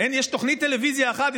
יש תוכנית טלוויזיה אחת,